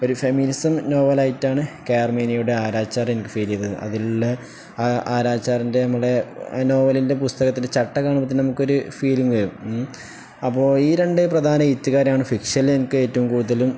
ഒരു ഫെമിനിസം നോവലായിട്ടാണ് K R മീരയുടെ ആരാച്ചാർ എനിക്ക് ഫീല് ചെയ്തത് അതിലുള്ള ആരാച്ചാറിൻ്റെ നമ്മുടെ നോവലിൻ്റെ പുസ്തകത്തിൻ്റെ ചട്ട കാണുമ്പോള്ത്തന്നെ നമുക്കൊരു ഫീലിംഗ് വരും ഉം അപ്പോള് ഈ രണ്ട് പ്രധാന എഴുത്തുകാരാണ് ഫിക്ഷനിൽ എനിക്ക് ഏറ്റവും കൂടുതലും